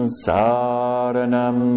saranam